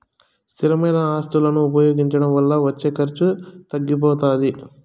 స్థిరమైన ఆస్తులను ఉపయోగించడం వల్ల వచ్చే ఖర్చు తగ్గిపోతాది